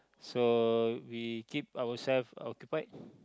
so we keep ourself occupied